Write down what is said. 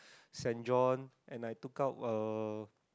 St-John and I took out uh(